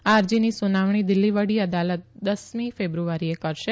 આ અરજીની સુનાવણી દીલ્ફી વડી અદાલત દસમી કેબ્રુઆરીએ કરશે